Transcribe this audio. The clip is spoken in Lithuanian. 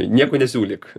nieko nesiūlyk